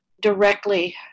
directly